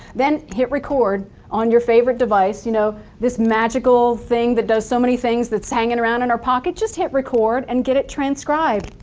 then hit record on your favorite device you know this magical thing, that does so many things, that's hanging around and our pockets? just hit record and get it transcribed.